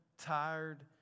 Tired